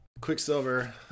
Quicksilver